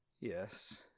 Yes